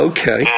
Okay